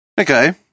Okay